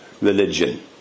religion